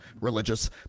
religious